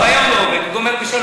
גם ביום הוא לא עובד, גומר ב-15:00.